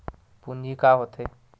पूंजी का होथे?